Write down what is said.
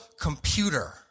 computer